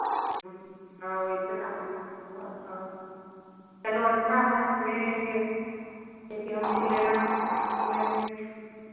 हाँ वैसा दाम है आपके पास हाँ चलो अच्छा है हम ले लेंगे क्योंकि हमको लेना भी ज़रूरी है